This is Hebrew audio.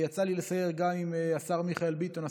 יצא לי לסייר גם עם השר מיכאל ביטון,